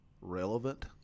relevant